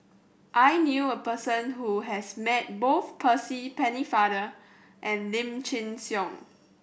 I knew a person who has met both Percy Pennefather and Lim Chin Siong